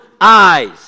eyes